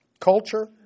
culture